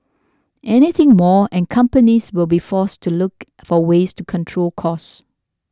anything more and companies will be forced to look for ways to control costs